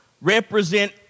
represent